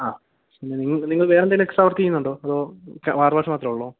ആ പിന്നെ നിങ്ങള് വേറെ എന്തേലും എക്സ്ട്രാ വർക്ക് ചെയ്യുന്നുണ്ടോ അതോ കാര് വാഷ് മാത്രമേ ഉള്ളോ